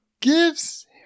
gives